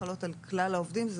חלות על כלל העובדים.